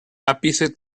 ápice